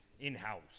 in-house